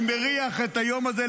אני מריח את היום הזה,